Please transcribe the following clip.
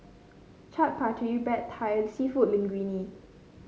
Chaat Papri Pad Thai seafood Linguine